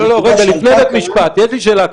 לפני בית המשפט, יש לי שאלה.